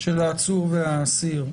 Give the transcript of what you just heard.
של העצור והאסיר,